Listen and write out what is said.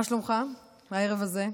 מה שלומך הערב הזה?